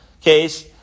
case